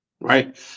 right